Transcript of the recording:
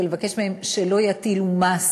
ולבקש מהם שלא יטילו מס,